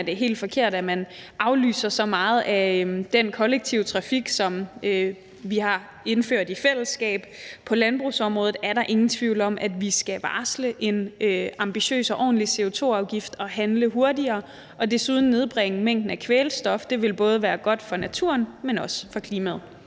jeg det er helt forkert at man aflyser så meget af den kollektive trafik, som vi har indført i fællesskab. På landbrugsområdet er der ingen tvivl om at vi skal varsle en ambitiøs og ordentlig CO2-afgift og handle hurtigere og desuden nedbringe mængden af kvælstof. Det vil både være godt for naturen, men også for klimaet.